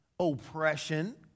Oppression